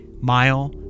mile